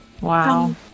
Wow